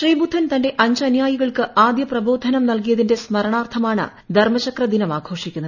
ശ്രീബുദ്ധൻ തന്റെ അഞ്ച് അനുയായികൾക്ക് ആദ്യ പ്രബോധനം നൽകിയതിന്റെ സ്മരണാർത്ഥമാണ് ധർമ്മചക്ര ദിനം ആഘോഷിക്കുന്നത്